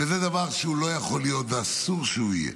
וזה דבר שהוא לא יכול להיות, ואסור שהוא יהיה.